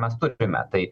mes turime tai